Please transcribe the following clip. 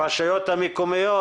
ברשויות המקומיות?